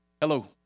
Hello